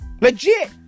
Legit